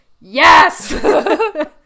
yes